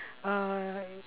uh